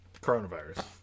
coronavirus